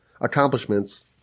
accomplishments